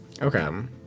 Okay